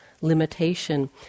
limitation